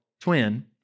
twin